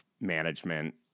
management